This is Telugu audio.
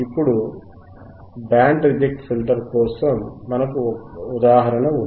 ఇప్పుడు బ్యాండ్ రిజెక్ట్ ఫిల్టర్ కోసం మనకు ఒక ఉదాహరణ ఉంది